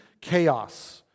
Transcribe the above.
chaos